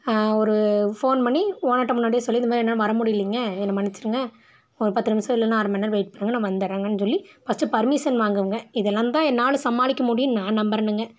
ஒரு ஃபோன் பண்ணி ஓனர்கிட்ட முன்னாடியே சொல்லி இதுமாரி என்னால் வர முடியலைங்க என்னை மன்னிச்சிடுங்க ஒரு பத்து நிமிடம் இல்லைன்னா அரை மணிநேரம் வெயிட் பண்ணுங்க நான் வந்துறேங்கன்னு சொல்லி ஃபஸ்ட்டு பர்மிஷன் வாங்குவேங்க இதெல்லாந்தான் என்னால் சமாளிக்க முடியுன்னு நான் நம்புறேனுங்க